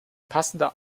passende